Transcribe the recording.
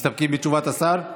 מסתפקים בתשובת השר?